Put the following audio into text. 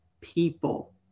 people